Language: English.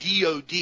DOD